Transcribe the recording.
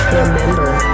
Remember